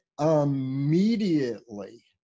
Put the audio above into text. immediately